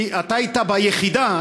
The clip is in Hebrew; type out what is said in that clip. כי אתה היית ביחידה,